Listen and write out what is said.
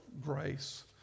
grace